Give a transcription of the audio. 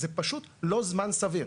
זה פשוט לא מזן סביר.